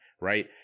right